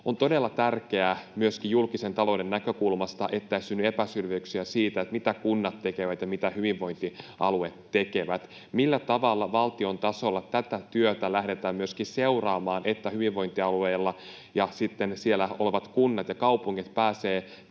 On todella tärkeää myöskin julkisen talouden näkökulmasta, että ei synny epäselvyyksiä siitä, mitä kunnat tekevät ja mitä hyvinvointialueet tekevät. Millä tavalla valtion tasolla tätä työtä lähdetään seuraamaan, että hyvinvointialueet ja siellä olevat kunnat ja kaupungit pääsevät